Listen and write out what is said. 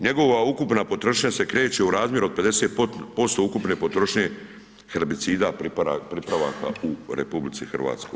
Njegova ukupna potrošnja se kreće u razmjeru od 50% ukupne potrošnje herbicida pripravaka u RH.